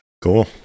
Cool